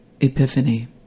epiphany